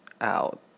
Out